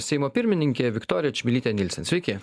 seimo pirmininkė viktorija čmilytė nylsen sveiki